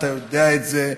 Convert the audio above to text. אתה יודע את זה,